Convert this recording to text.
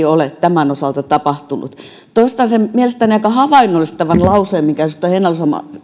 ole tämän osalta tapahtunut toistan sen mielestäni aika havainnollistavan lauseen minkä edustaja heinäluoma